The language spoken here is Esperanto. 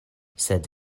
sed